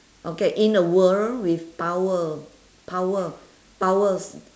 okay in a world with power power powers